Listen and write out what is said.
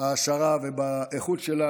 ההעשרה ובאיכות שלה,